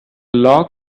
log